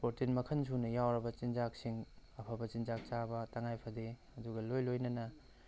protein ꯃꯈꯜ ꯁꯨꯅ ꯌꯥꯎꯔꯕ ꯆꯤꯟꯖꯥꯛꯁꯤꯡ ꯑꯐꯕ ꯆꯤꯟꯖꯥꯛ ꯆꯥꯕ ꯇꯉꯥꯏ ꯐꯗꯦ ꯑꯗꯨꯒ ꯂꯣꯏ ꯂꯣꯏꯅꯅ